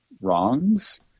wrongs